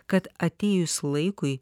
kad atėjus laikui